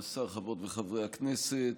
השר, חברות וחברי הכנסת,